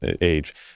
age